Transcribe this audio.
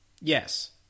Yes